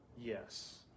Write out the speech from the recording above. Yes